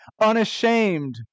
unashamed